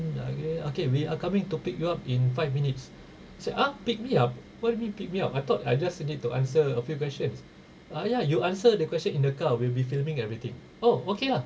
ah ya ya we are coming to pick you up in five minutes say ah pick me up what do you mean pick me up I thought I just need to answer a few questions ah ya you answer the question in the car we'll be filming everything oh okay lah